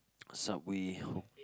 Subway oh